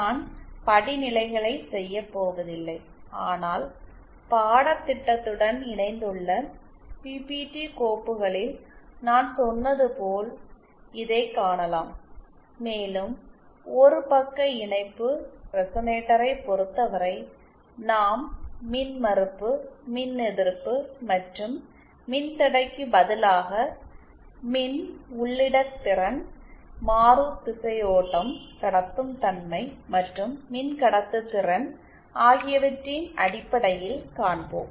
நான் படிநிலைகளை செய்யப் போவதில்லை ஆனால் பாடத்திட்டத்துடன் இணைந்துள்ள பிபிடி கோப்புகளில் நான் சொன்னது போல் இதைக் காணலாம் மேலும் ஒரு பக்க இணைப்பு ரெசனேட்டரைப் பொறுத்தவரை நாம் மின்மறுப்பு மின்எதிர்ப்பு மற்றும் மின்தடைக்கு பதிலாக மின்உள்ளிடற்திறன் மாறூதிசையோட்டம் கடத்தும் தன்மை மற்றும் மின்கடத்துதிறன் admittances susceptance and conductancesஆகியவற்றின் அடிப்படையில் காண்போம்